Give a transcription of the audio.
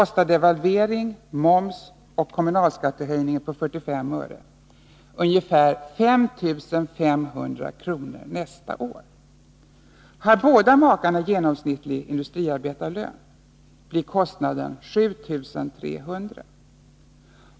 kostar devalvering, momshöjning och kommunalskattehöjningen med 45 öre ca 5 500 kr. nästa år. Har båda makarna genomsnittlig industriarbetarlön, blir kostnaden 7300 kr.